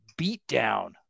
beatdown